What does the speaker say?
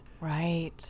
Right